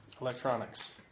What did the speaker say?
electronics